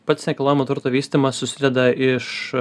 pats nekilnojamo turto vystymas susideda iš